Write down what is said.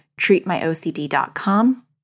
treatmyocd.com